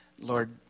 Lord